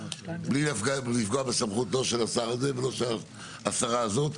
בלי לפגוע בסמכותו של השר הזה ולא של השרה הזאת,